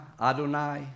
Adonai